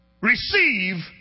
receive